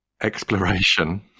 exploration